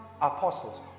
apostles